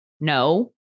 no